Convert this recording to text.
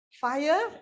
fire